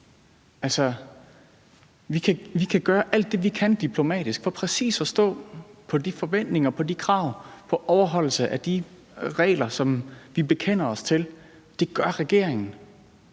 Vi kan gøre alt det, vi kan diplomatisk for præcis at stå på de forventninger, på de krav, på overholdelse af de regler, som vi bekender os til. Det gør regeringen.